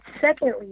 secondly